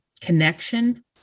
connection